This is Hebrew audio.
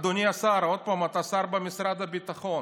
אדוני השר, עוד פעם, אתה שר במשרד הביטחון.